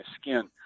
skin